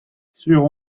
sur